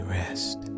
rest